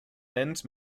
nennt